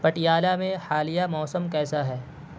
پٹیالہ میں حالیہ موسم کیسا ہے